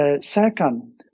Second